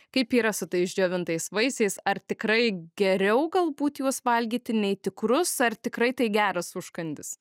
kaip yra su tais džiovintais vaisiais ar tikrai geriau galbūt juos valgyti nei tikrus ar tikrai tai geras užkandis